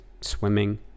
swimming